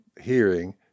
hearing